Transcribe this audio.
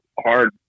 hard